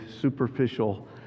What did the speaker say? superficial